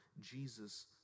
Jesus